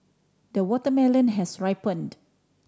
the watermelon has ripened